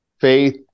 faith